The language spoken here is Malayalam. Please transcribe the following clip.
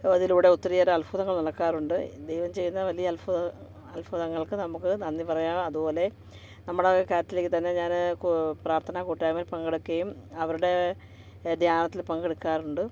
അതിലൂടെ ഒത്തിരിയേറെ അത്ഭുതങ്ങൾ നടക്കാറുണ്ട് ദൈവം ചെയ്യുന്ന വലിയ അത്ഭുതം അത്ഭുതങ്ങൾക്ക് നമുക്ക് നന്ദി പറയാം അതുപോലെ നമ്മുടെ കാത്തലിക്കിൽ തന്നെ ഞാൻ കൂ പ്രാർത്ഥന കൂട്ടായിമയിൽ പങ്കെടുക്കുകയും അവരുടെ ധ്യാനത്തിൽ പങ്കെടുക്കാറുമുണ്ട്